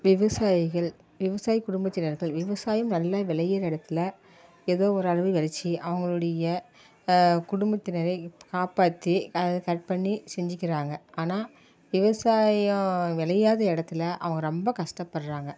விவசாயிகள் விவசாய குடும்பத்தினர்கள் விவசாயம் நல்லா விளையிற இடத்துல ஏதோ ஒரு அளவு வெளவிச்சி அவங்களுடைய குடும்பத்தினரை காப்பாற்றி கட் பண்ணி சிந்திக்கிறாங்க ஆனால் விவசாயம் விளையாத இடத்துல அவங்க ரொம்ப கஷ்டப்படுறாங்க